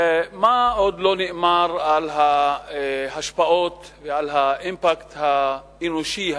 מה עוד לא נאמר על ההשפעות ועל האימפקט האנושי,